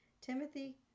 Timothy